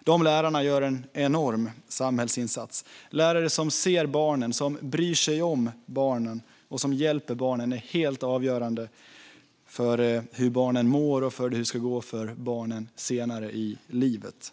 De lärarna gör en enorm samhällsinsats. Lärare som ser barnen, som bryr sig om barnen och som hjälper barnen är helt avgörande för hur barnen mår och för hur det ska gå för dem senare i livet.